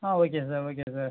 ah okay sir okay sir